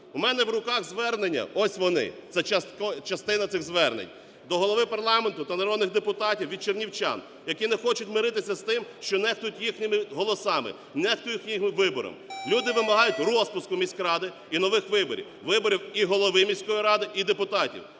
У мене в руках звернення, ось вони, це частина цих звернень, до голови парламенту та народних депутатів від чернівчан, які не хочуть миритися з тим, що нехтують їхніми голосами, нехтують їх вибором. Люди вимагають розпуску міськради і нових виборів. Виборів і голови міської ради, і депутатів.